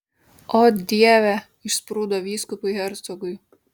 o dieve išsprūdo vyskupui hercogui